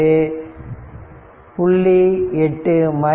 8 Voc 0